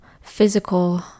physical